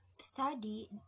study